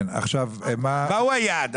מהו היעד?